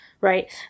right